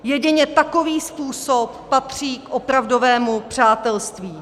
Jedině takový způsob patří k opravdovému přátelství.